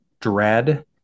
dread